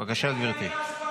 בבקשה, גברתי.